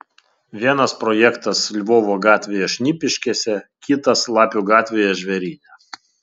vienas projektas lvovo gatvėje šnipiškėse kitas lapių gatvėje žvėryne